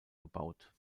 gebaut